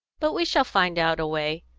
but we shall find out a way.